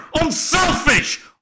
unselfish